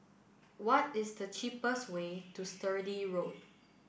what is the cheapest way to Sturdee Road